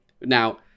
Now